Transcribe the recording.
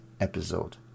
episode